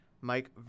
Mike